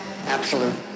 absolute